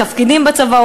בתפקידים בצבא,